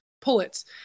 pullets